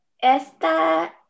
Esta